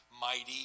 mighty